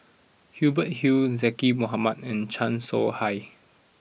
Hubert Hill Zaqy Mohamad and Chan Soh Ha